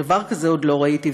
דבר כזה עוד לא ראיתי.